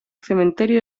cementerio